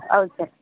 ಹೌದ್ ಸರ್